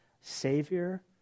Savior